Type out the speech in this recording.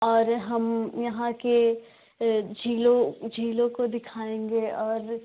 और हम यहाँ की झीलों झीलों को दिखाएँगे और